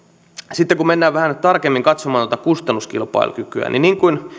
sitten kun mennään vähän tarkemmin katsomaan tuota kustannuskilpailukykyä niin niin kuin